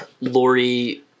Lori